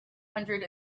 hundred